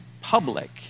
public